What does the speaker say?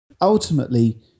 Ultimately